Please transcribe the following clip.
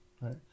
right